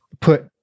put